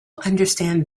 understand